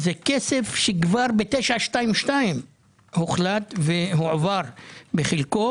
זה כסף שכבר ב-922 הוחלט והועבר בחלקו.